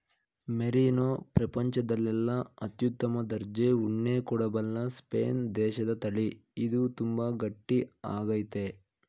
merino ಪ್ರಪಂಚದಲ್ಲೆಲ್ಲ ಅತ್ಯುತ್ತಮ ದರ್ಜೆ ಉಣ್ಣೆ ಕೊಡಬಲ್ಲ ಸ್ಪೇನ್ ದೇಶದತಳಿ ಇದು ತುಂಬಾ ಗಟ್ಟಿ ಆಗೈತೆ